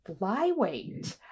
flyweight